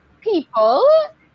people